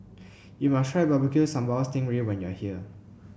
you must try Barbecue Sambal Sting Ray when you are here